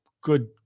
good